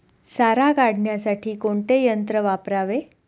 सारा काढण्यासाठी कोणते यंत्र वापरावे?